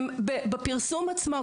ובפרסום עצמו,